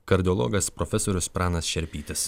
kardiologas profesorius pranas šerpytis